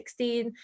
2016